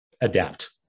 adapt